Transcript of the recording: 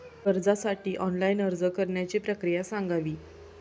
कर्जासाठी ऑनलाइन अर्ज करण्याची प्रक्रिया सांगावी